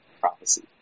prophecy